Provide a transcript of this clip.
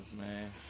man